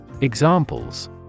examples